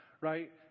Right